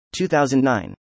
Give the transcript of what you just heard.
2009